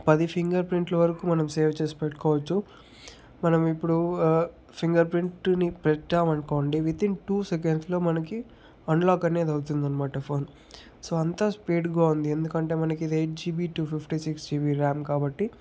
పది ఫింగర్ ప్రింట్ల వరకూ మనం సేవ్ చేసి పెట్టుకోవచ్చు మనం ఇప్పుడు ఫింగర్ ప్రింట్ని పెట్టామనుకోండి విత్ ఇన్ టూ సెకన్స్లో మనకి అన్లాక్ అనేది అవుతుందనమాట ఫోన్ సో అంత స్పీడ్గా ఉంది ఎందుకంటే మనకి ఇది eight GB to fifty six GB RAM కాబట్టి